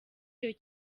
iyi